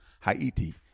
Haiti